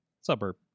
suburb